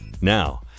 Now